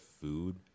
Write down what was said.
food